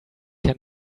that